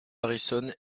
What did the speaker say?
harrison